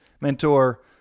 mentor